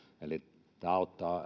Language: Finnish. eli tämä auttaa